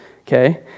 okay